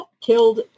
killed